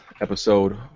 episode